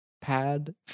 pad